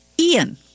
Ian